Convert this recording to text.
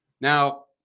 now